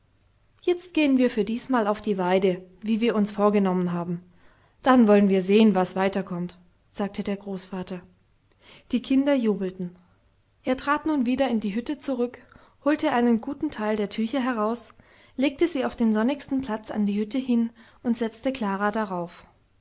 jetzt gehen wir für diesmal auf die weide wie wir uns vorgenommen haben dann wollen wir sehen was weiter kommt sagte der großvater die kinder jubelten er trat nun wieder in die hütte zurück holte einen guten teil der tücher heraus legte sie auf den sonnigsten platz an die hütte hin und setzte klara darauf